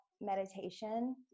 meditation